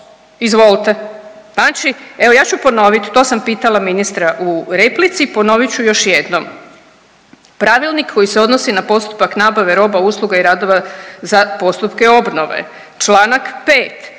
izvolte. Znači evo ja ću ponovit to sam pitala ministra u replici, ponovit ću još jednom. Pravilnik koji se odnosi na postupak nabave, roba, usluga i radova za postupke obnove čl. 5.